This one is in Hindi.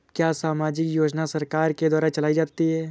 क्या सामाजिक योजना सरकार के द्वारा चलाई जाती है?